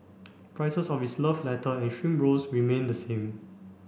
prices of its love letter and shrimp rolls remain the same